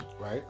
Right